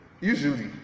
usually